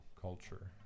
culture